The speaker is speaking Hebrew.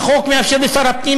"החוק מאפשר לשר הפנים,